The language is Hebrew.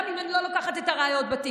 גם אם אני לא לוקחת את הראיות בתיק,